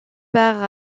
part